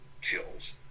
chills